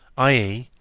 i e,